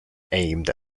aimed